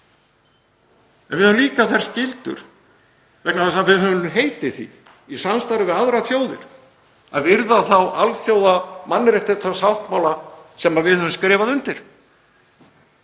En við höfum líka þær skyldur, vegna þess að við höfum heitið því í samstarfi við aðrar þjóðir, að virða þá alþjóðamannréttindasáttmála sem við höfum skrifað undir.